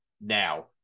Now